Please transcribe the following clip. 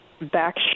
back